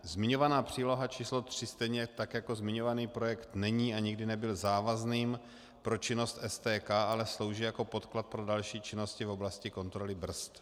Zmiňovaná příloha číslo 3, stejně tak jako zmiňovaný projekt není a nikdy nebyl závazným pro činnost STK, ale slouží jako podklad pro další činnosti v oblasti kontroly brzd.